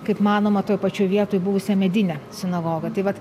kaip manoma toj pačioj vietoj buvusią medinę sinagogą tai vat